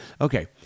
okay